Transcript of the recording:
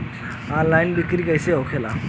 Online बिक्री कैसे होखेला?